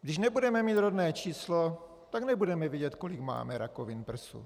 Když nebudeme mít rodné číslo, nebudeme vědět, kolik máme rakovin prsu.